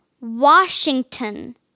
Washington